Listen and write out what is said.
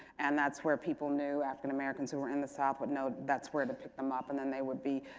and that's where people knew african americans who were in the south would know that's where to pick them up and then they would be,